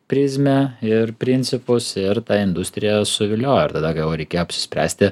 prizmę ir principus ir ta industrija suviliojo ir tada galvoju reikia apsispręsti